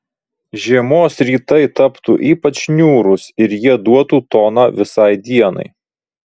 žiemos rytai taptų ypač niūrūs ir jie duotų toną visai dienai